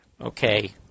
Okay